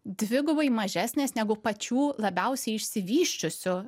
dvigubai mažesnės negu pačių labiausiai išsivysčiusių